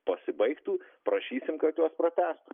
pasibaigtų prašysim kad juos pratęstų